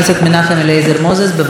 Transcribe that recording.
אחריו, חבר הכנסת מוסי רז.